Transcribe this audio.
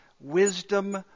wisdom